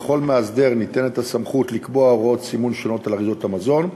לכל מאסדר ניתנה הסמכות לקבוע הוראות סימון שונות על אריזות המזון,